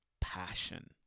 passion